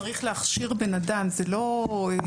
צריך להכשיר בן אדם, זה לא אוטומט.